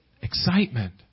excitement